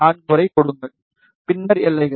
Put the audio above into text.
4 வரை கொடுங்கள் பின்னர் எல்லைகள்